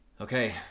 Okay